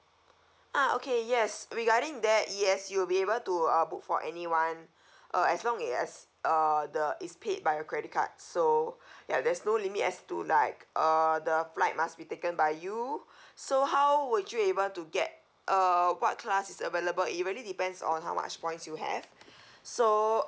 ah okay yes regarding that yes you'll be able to uh book for anyone uh as long it as uh the it's paid by your credit card so ya there's no limit as to like uh the flight must be taken by you so how would you able to get uh what class is available it really depends on how much points you have so